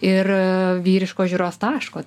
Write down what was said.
ir vyriško žiūros taško